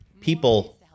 people